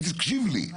תקשיב לי,